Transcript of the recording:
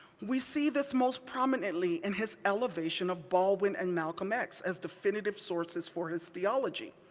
we see this most prominently in his elevation of baldwin and malcolm x as definitive sources for his theology,